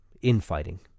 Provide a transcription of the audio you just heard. infighting